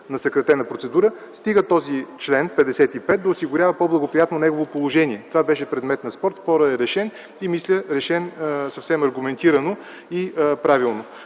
на съкратена процедура, стига този чл. 55 да осигурява по-благоприятно негово положение. Това беше предмет на спор. Спорът е решен и мисля, решен съвсем аргументирано и правилно.